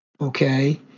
okay